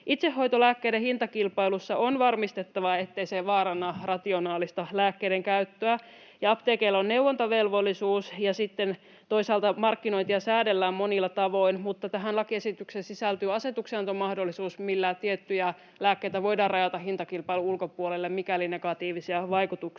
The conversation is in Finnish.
Itsehoitolääkkeiden hintakilpailussa on varmistettava, ettei se vaaranna rationaalista lääkkeiden käyttöä. Apteekeilla on neuvontavelvollisuus, ja sitten toisaalta markkinointia säädellään monilla tavoin. Mutta tähän lakiesitykseen sisältyy asetuksenantomahdollisuus, millä tiettyjä lääkkeitä voidaan rajata hintakilpailun ulkopuolelle, mikäli negatiivisia vaikutuksia